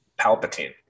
palpatine